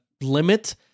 limit